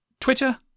Twitter